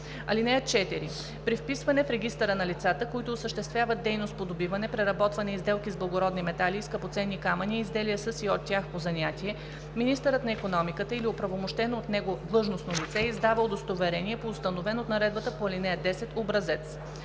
занятие. (4) При вписване в регистъра на лицата, които осъществяват дейност по добиване, преработване и сделки с благородни метали и скъпоценни камъни и изделия със и от тях по занятие министърът на икономиката или оправомощено от него длъжностно лице издава удостоверение по установен от наредбата по ал. 10 образец.